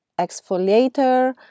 exfoliator